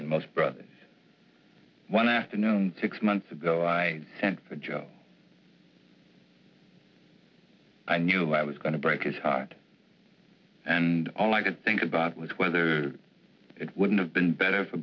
than most brothers one afternoon six months ago i sent for joe i knew i was going to break his heart and all i could think about was whether it wouldn't have been better for